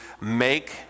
make